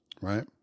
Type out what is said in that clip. right